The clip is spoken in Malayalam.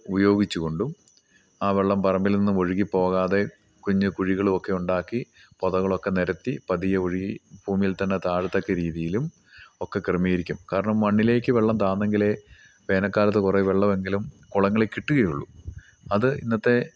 ഉപയോഗിച്ച് കൊണ്ടും ആ വെള്ളം പറമ്പിൽ നിന്ന് ഒഴുകി പോകാതെ കുഞ്ഞ് കുഴികളൊക്കെ ഉണ്ടാക്കി പൊതകളൊക്കെ നിരത്തി പതിയെ ഒഴുകി ഭൂമിയിൽ തന്നെ താഴത്തക്ക രീതിയിലും ഒക്കെ ക്രമീകരിക്കും കാരണം മണ്ണിലേക്ക് വെള്ളം താഴ്ന്നെങ്കിലേ വേനൽക്കാലത്ത് കുറേ വെള്ളമെങ്കിലും കുളങ്ങളിൽ കിട്ടുകയുള്ളു അത് ഇന്നത്തെ